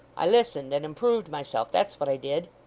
i listened and improved myself that's what i did